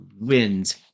wins